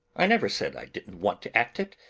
i never said i didn't want to act it.